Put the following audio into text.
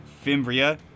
Fimbria